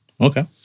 Okay